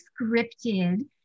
scripted